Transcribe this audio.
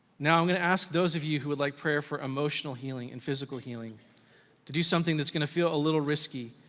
now i'm gonna ask those of you who would like prayer for emotional healing and physical healing to do something that's gonna feel a little risky,